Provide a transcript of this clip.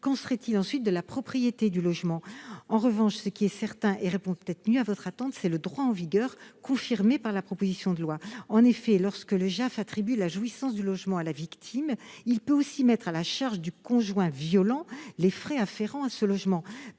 Qu'en serait-il ensuite de la propriété du logement ? En revanche, ce qui est certain, et cela répond peut-être mieux à votre attente, c'est le droit en vigueur, confirmé par la proposition de loi. En effet, lorsque le JAF attribue la jouissance du logement à la victime, il peut aussi mettre à la charge du conjoint violent les frais afférents à ce logement.